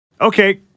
Okay